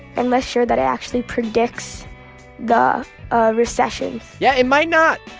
and less sure that it actually predicts the ah recessions yeah, it might not.